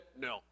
no